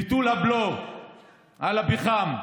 ביטול הבלו על הפחם,